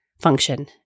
function